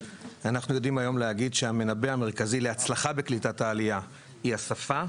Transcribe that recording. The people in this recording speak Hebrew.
אנחנו יודעים היום להגיד שהמנבא המרכזי להצלחה בקליטת העלייה היא השפה,